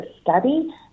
study